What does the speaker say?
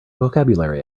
vocabulary